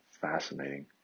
fascinating